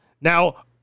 Now